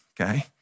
Okay